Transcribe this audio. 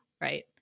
right